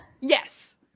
Yes